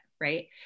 right